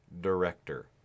director